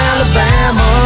Alabama